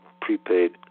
prepaid